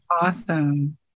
awesome